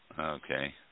Okay